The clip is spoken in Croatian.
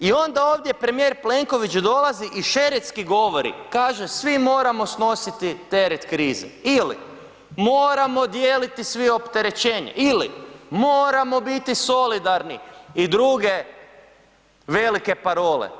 I onda ovdje premijer Plenković dolazi i šeretski govori, kaže svi moramo snositi teret krize ili moramo dijeliti svi opterećenje ili moramo biti solidarni i druge velike parole.